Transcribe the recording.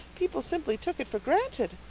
people simply took it for granted.